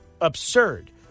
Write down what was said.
absurd